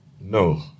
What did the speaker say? No